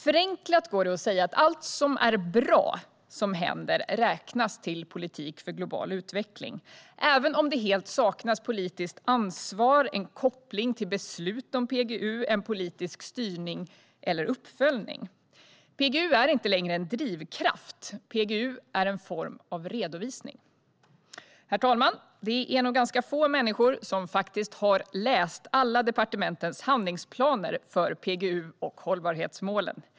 Förenklat går det att säga att allt som är bra som händer räknas till politik för global utveckling, även om det helt saknas politiskt ansvar, en koppling till beslut om PGU, politisk styrning och uppföljning. PGU är inte längre en drivkraft. PGU är en form av redovisning. Herr talman! Det är nog ganska få människor som faktiskt har läst alla departementens handlingsplaner för PGU och hållbarhetsmålen.